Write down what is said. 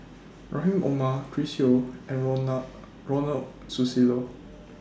Rahim Omar Chris Yeo and Ronald Susilo